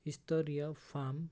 स्तरीय फार्म